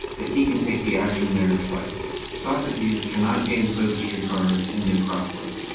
but he can take the action there twice. socrates cannot gain sophistry cards in the acropolis,